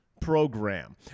program